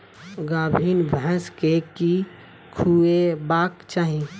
गाभीन भैंस केँ की खुएबाक चाहि?